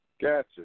Gotcha